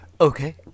Okay